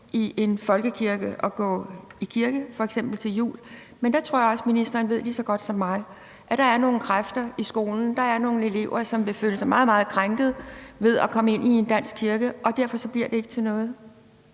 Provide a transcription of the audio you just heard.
for folkekirken at gå i kirke f.eks. til jul, men der tror jeg også, at ministeren ved lige så godt som mig, at der er nogle kræfter i skolen, nogle elever, som vil føle sig meget, meget krænket over at komme ind i en dansk kirke, og derfor bliver det ikke til noget.